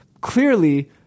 Clearly